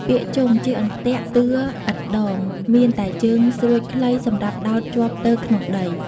ពាក្យ ជង់ ជាអន្ទាក់តឿឥតដង មានតែជើងស្រួចខ្លីសម្រាប់ដោតជាប់ទៅក្នុងដី ។